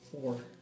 Four